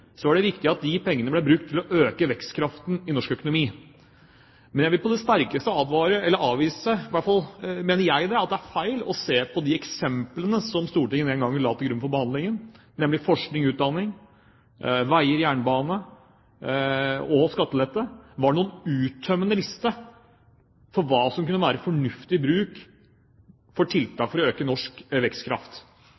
det viktig at de pengene ble brukt til å øke vekstkraften i norsk økonomi. Men jeg mener det er feil å se på de eksemplene som Stortinget den gangen la til grunn for behandlingen, nemlig forskning, utdanning, veier, jernbane og skattelette, som en uttømmende liste for hva som kunne være fornuftige tiltak for